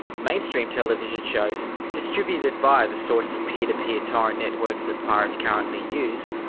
mainstream television shows distribute via the sorts of peer-to-peer torrent networks that pirates currently use,